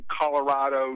Colorado